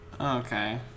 Okay